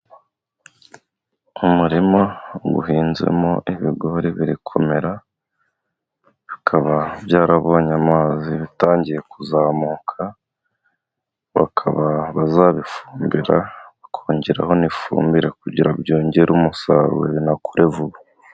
Umurima uhinzemo ibigori biri kumera, bikaba byarabonye amazi bitangiye kuzamuka, bakaba bazabifumbira bakongeraho n'ifumbire, kugira byongere umusaruro binakure vuba.